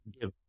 give